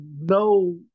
no